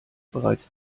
bereits